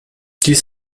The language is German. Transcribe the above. dies